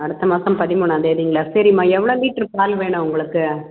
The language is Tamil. அடுத்த மாதம் பதிமூணாம்தேதிங்களா சரிம்மா எவ்வளோ லிட்ரு பால் வேணும் உங்களுக்கு